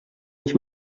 anys